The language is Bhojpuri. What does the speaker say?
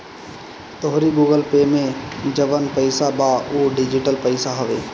तोहरी गूगल पे में जवन पईसा बा उ डिजिटल पईसा हवे